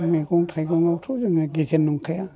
मैगं थाइगं आवथ' जोङो गेजेन नंखाया